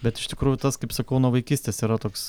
bet iš tikrųjų tas kaip sakau nuo vaikystės yra toks